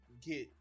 get